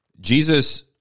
jesus